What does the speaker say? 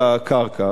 ודרך אגב,